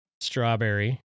Strawberry